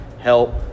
help